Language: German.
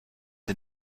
die